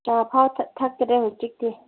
ꯆꯥ ꯊꯛꯇꯔꯦ ꯍꯧꯖꯤꯛꯇꯤ